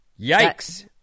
Yikes